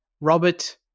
Robert